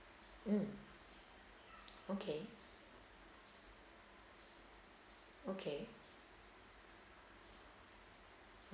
mm okay okay